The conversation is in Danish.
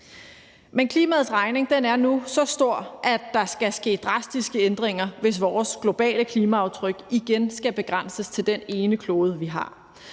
Men klimaets regning er nu så stor, at der skal ske drastiske ændringer, hvis vores globale klimaaftryk igen skal begrænses til den ene klode, vi har,